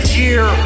year